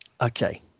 Okay